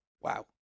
wow